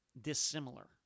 dissimilar